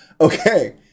Okay